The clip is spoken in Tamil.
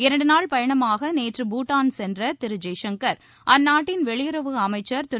இரண்டு நாள் பயணமாக நேற்று பூட்டான் சென்ற திரு ஜெய்சங்கர் அந்நாட்டின் வெளியுறவு அமைச்சர் திரு